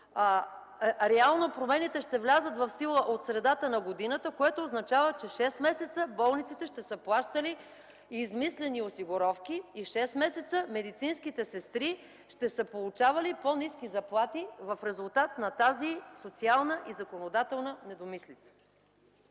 реално промените ще влязат в сила от средата на годината, което означава, че 6 месеца болниците ще са плащали измислени осигуровки и медицинските сестри ще са получавали по-ниски заплати в резултат на тази социална и законодателна недомислица.